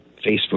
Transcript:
Facebook